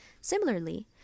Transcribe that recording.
Similarly